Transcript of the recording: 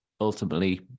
ultimately